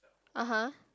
(uh huh)